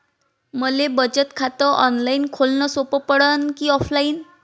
मले बचत खात ऑनलाईन खोलन सोपं पडन की ऑफलाईन?